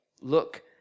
Look